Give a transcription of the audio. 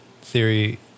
theory